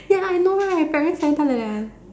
ya I know right parents every time like that one